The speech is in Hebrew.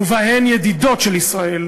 ובהן ידידות של ישראל,